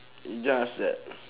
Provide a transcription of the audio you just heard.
it's just that